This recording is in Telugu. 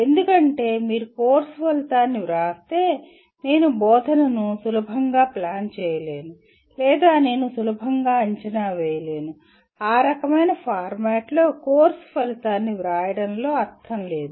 ఎందుకంటే మీరు కోర్సు ఫలితాన్ని వ్రాస్తే నేను బోధనను సులభంగా ప్లాన్ చేయలేను లేదా నేను సులభంగా అంచనా వేయలేను ఆ రకమైన ఫార్మాట్లో కోర్సు ఫలితాన్ని వ్రాయడంలో అర్థం లేదు